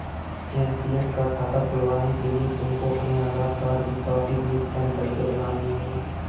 NPS का खाता खुलवाने के लिए तुमको अपने आधार कार्ड की कॉपी भी स्कैन करके लगानी होगी